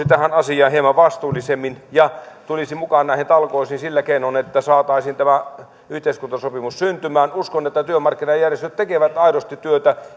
tähän asiaan hieman vastuullisemmin ja tulisi mukaan näihin talkoisiin sillä keinoin että saataisiin tämä yhteiskuntasopimus syntymään uskon että työmarkkinajärjestöt tekevät aidosti työtä